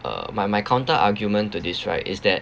uh my my counter argument to this right is that